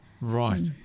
Right